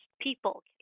people